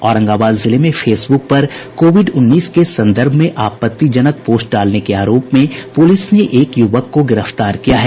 औरंगाबाद जिले में फेसबुक पर कोविड उन्नीस के संदर्भ में आपत्तिजनक पोस्ट डालने के आरोप में पुलिस ने एक युवक को गिरफ्तार किया है